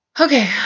Okay